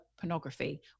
pornography